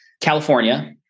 California